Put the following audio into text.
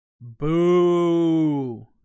boo